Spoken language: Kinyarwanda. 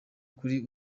kuri